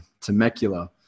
Temecula